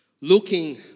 Looking